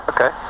Okay